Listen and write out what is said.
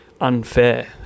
unfair